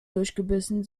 durchgebissen